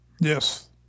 Yes